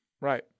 Right